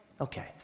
Okay